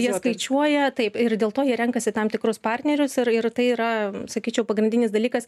jie skaičiuoja taip ir dėl to jie renkasi tam tikrus partnerius ir ir tai yra sakyčiau pagrindinis dalykas